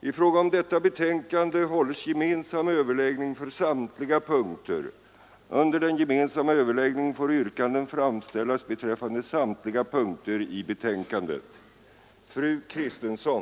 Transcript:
I det följande redovisas endast de punkter, vid vilka under överläggningen framställts särskilda yrkanden.